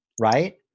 right